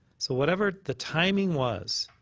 so whatever the timing was,